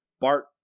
bart